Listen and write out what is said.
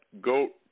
GOAT